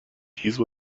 cheese